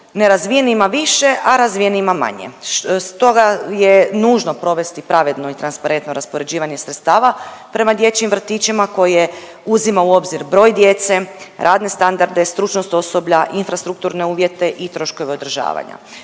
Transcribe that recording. nerazvijenima više, a razvijenima manje. Stoga je nužno provesti pravedno i transparentno raspoređivanje sredstava prema dječjim vrtićima koje uzima u obzir broj djece, radne standarde, stručnost osoblja, infrastrukturne uvjete i troškove održavanja.